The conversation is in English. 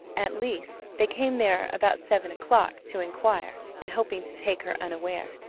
at least, they came there about seven o'clock to inquire and hoping to take her unaware.